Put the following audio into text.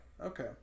Okay